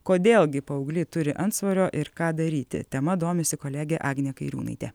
kodėl gi paaugliai turi antsvorio ir ką daryti tema domisi kolegė agnė kairiūnaitė